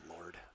Lord